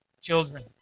children